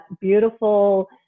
beautiful